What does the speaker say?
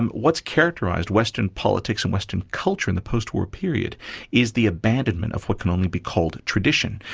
and what's characterised western politics and western culture in the post-war period is the abandonment of what can only be called tradition.